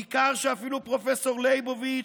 ניכר שאפילו פרופ' ליבוביץ,